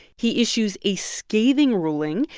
he issues a scathing ruling.